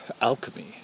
alchemy